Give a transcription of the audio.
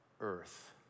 earth